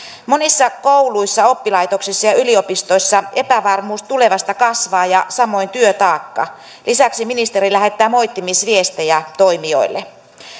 monissa kouluissa oppilaitoksissa ja ja yliopistoissa epävarmuus tulevasta kasvaa ja samoin työtaakka lisäksi ministeri lähettää moittimisviestejä toimijoille